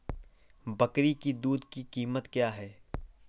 बकरी की दूध की कीमत क्या है?